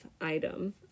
item